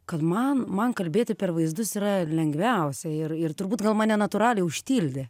kad man man kalbėti per vaizdus yra lengviausia ir ir turbūt gal mane natūraliai užtildė